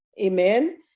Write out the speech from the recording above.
Amen